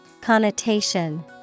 Connotation